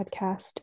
podcast